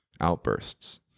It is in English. outbursts